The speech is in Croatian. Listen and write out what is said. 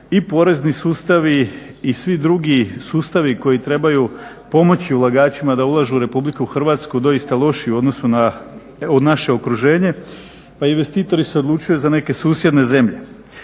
i porezni sustavi i svi drugi sustavi koji trebaju pomoći ulagačima da ulažu u RH doista loši u odnosu na naše okruženje pa investitori se odlučuju za neke susjedne zemlje.